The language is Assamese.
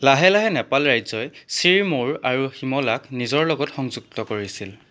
লাহে লাহে নেপাল ৰাজ্যই চিৰমৌৰ আৰু শিমলাক নিজৰ লগত সংযুক্ত কৰিছিল